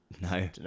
no